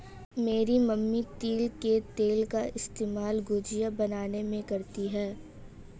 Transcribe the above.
मेरी मम्मी तिल के तेल का इस्तेमाल गुजिया बनाने में करती है